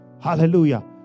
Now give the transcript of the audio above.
Hallelujah